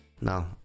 No